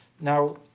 now